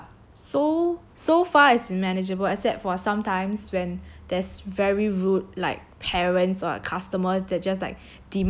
so so far is manageable except for sometimes when there's very rude like parents or customers that just like demand